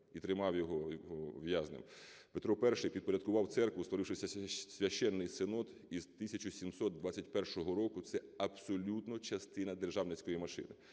і тримав його в'язнем. Петро І підпорядкував церкву, створивши Священний Синод, і з 1721 року це абсолютно частина державницької машини.